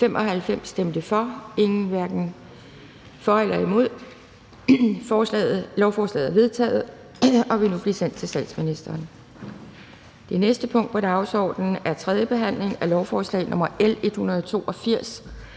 stemte 2 (NB), hverken for eller imod stemte 0. Lovforslaget er vedtaget og bliver sendt til statsministeren. --- Det næste punkt på dagsordenen er: 4) 3. behandling af lovforslag nr. L